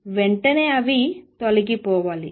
వెంటనే అవి తొలగిపోవాలి